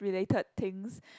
related things